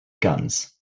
guns